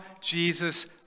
Jesus